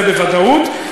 זה בוודאות,